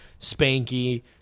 Spanky